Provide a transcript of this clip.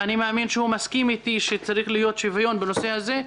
ואני מאמין שהוא מסכים איתי שצריך להיות שוויון בנושא הזה,